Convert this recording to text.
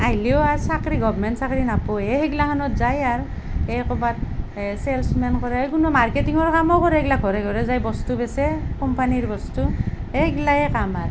আহিলেও আৰু চাকৰি গৰ্ভমেন্ট চাকৰি নাপায় এই সেইবিলাখনত যায় আৰু এই ক'ৰবাত এই ছেলছমেন কৰে কোনোবা মাৰ্কেটিঙৰ কামো কৰে এইবিলাক ঘৰে ঘৰে যায় বস্তু বেচে কোম্পানীৰ বস্তু এইবিলাকেই কাম আৰু